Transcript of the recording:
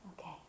Okay